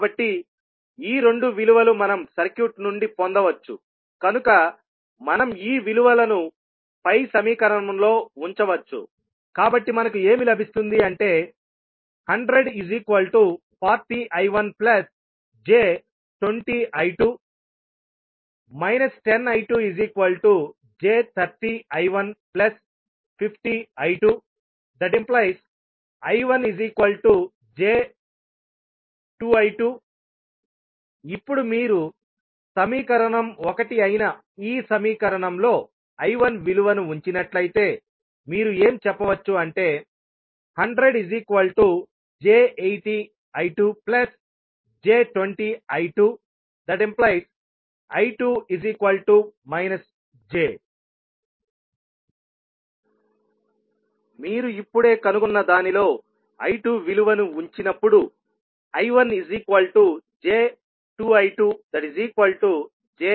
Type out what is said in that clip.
కాబట్టి ఈ రెండు విలువలు మనం సర్క్యూట్ నుండి పొందవచ్చుకనుక మనం ఈ విలువలను పై సమీకరణంలో ఉంచవచ్చు కాబట్టి మనకు ఏమి లభిస్తుంది అంటే 10040I1j20I2 10I2j30I150I2I1j2I2 ఇప్పుడు మీరు సమీకరణం 1 అయిన ఈ సమీకరణంలో I1 విలువను ఉంచినట్లయితేమీరు ఏం చెప్పవచ్చు అంటే 100j80I2j20I2I2 j మీరు ఇప్పుడే కనుగొన్న దానిలో I2 విలువను ఉంచినప్పుడు I1j2I2j2 j2